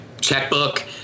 checkbook